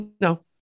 No